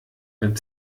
beim